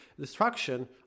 destruction